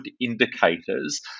indicators